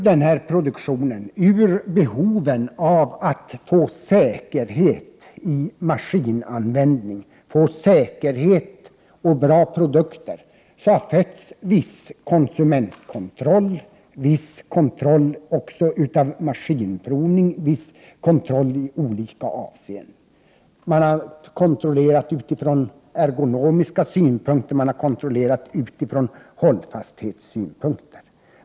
Ur produktionen, ur behoven av att få säkerhet i användningen av maskiner, få säkerhet och bra produkter, har fötts viss konsumentkontroll, viss kontroll av maskinprovning och viss kontroll i olika andra avseenden. Man kan kontrollera utifrån ergonomiska synpunkter och hållfasthetssynpunkter.